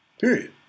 Period